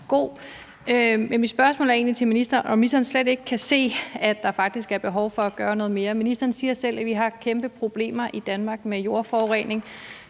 til ministeren er egentlig, om ministeren slet ikke kan se, at der faktisk er behov for at gøre noget mere. Ministeren siger selv, at vi har kæmpe problemer i Danmark med jordforurening.